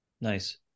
Nice